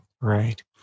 Right